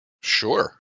Sure